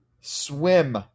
swim